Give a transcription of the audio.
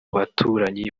baturanyi